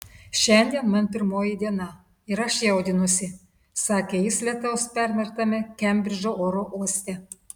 šiandien man pirmoji diena ir aš jaudinuosi sakė jis lietaus permerktame kembridžo oro uoste